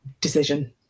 decision